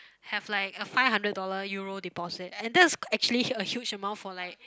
have like a five hundred dollar Euro deposit and that's actually a huge amount for like